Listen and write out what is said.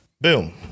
boom